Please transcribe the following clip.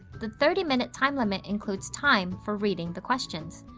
the thirty minute time limit includes time for reading the questions.